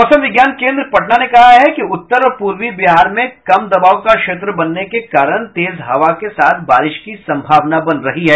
मौसम विज्ञान केंद्र पटना ने कहा है कि उत्तर और पूर्वी बिहार में कम दबाव का क्षेत्र बनने के कारण तेज हवा के साथ बारिश की संभावना बन रही है